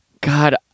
God